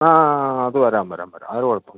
ആ അത് വരാം വരാം അത് ഒരു കുഴപ്പവും ഇല്ല